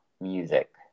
music